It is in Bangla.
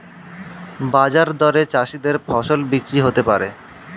বাজার দরে চাষীদের ফসল বিক্রি হতে পারে